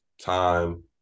time